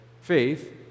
faith